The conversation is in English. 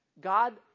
God